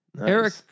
Eric